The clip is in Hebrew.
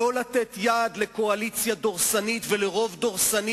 לא לתת יד לקואליציה דורסנית ולרוב דורסני